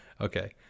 okay